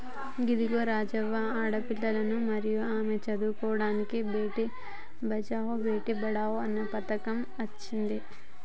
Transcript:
ఇదిగో రాజవ్వ ఆడపిల్లలను మరియు ఆమె చదువుకోడానికి బేటి బచావో బేటి పడావో అన్న పథకం అచ్చింది